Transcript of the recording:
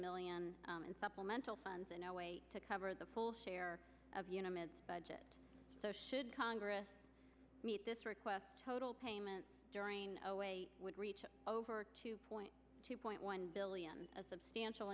million in supplemental funds in a way to cover the full share of unum its budget so should congress meet this request total payments during would reach over two point two point one billion a substantial